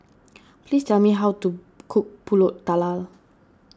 please tell me how to cook Pulut Tatal